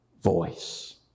voice